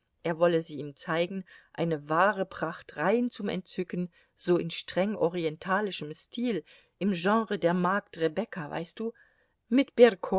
er wolle sie ihm zeigen eine wahre pracht rein zum entzücken so in streng orientalischem stil im genre der magd rebekka weißt du mit